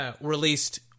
released